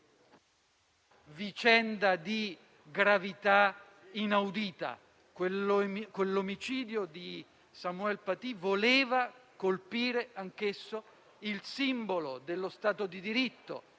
vicenda di gravità inaudita. Quell'omicidio voleva colpire anch'esso il simbolo dello Stato di diritto,